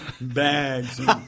bags